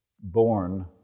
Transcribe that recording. born